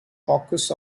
caucus